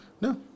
no